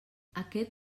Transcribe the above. aquest